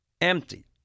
Empty